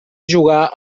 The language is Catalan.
jugar